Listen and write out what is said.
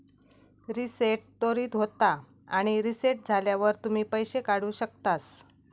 reset त्वरीत होता आणि रीसेट झाल्यावर तुम्ही पैशे काढु शकतास